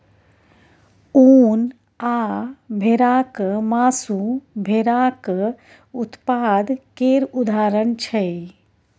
उन आ भेराक मासु भेराक उत्पाद केर उदाहरण छै